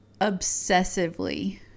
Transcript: obsessively